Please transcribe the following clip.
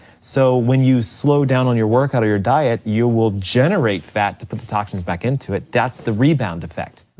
so when you slow down on your workout or your diet, you will generate fat to put the toxins back into it, that's the rebound effect.